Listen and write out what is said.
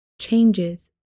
changes